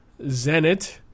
Zenit